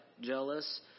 jealous